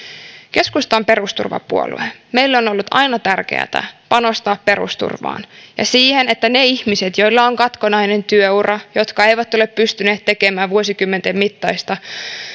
on perusturvapuolue meille on on ollut aina tärkeätä panostaa perusturvaan ja siihen että myös niillä ihmisillä joilla on katkonainen työura ja jotka eivät ole pystyneet tekemään vuosikymmenten mittaista